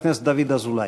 חבר הכנסת דוד אזולאי.